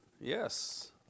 yes